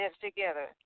together